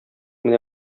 менә